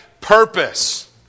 purpose